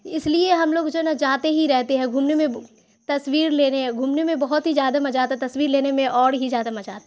اس لیے ہم لوگ جو ہے نا جاتے ہی رہتے ہیں گھومنے میں تصویر لینے گھومنے میں بہت ہی زیادہ مجہ آتا ہے تصویر لینے میں اور ہی زیادہ مزہ آتا